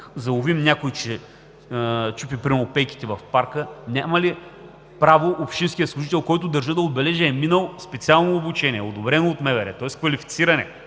заловим някой, че чупи примерно пейките в парка, няма ли право общинският служител, който, държа да отбележа, е минал специално обучение, одобрен е от МВР, тоест е квалифициран,